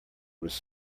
was